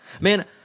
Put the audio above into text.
Man